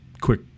quick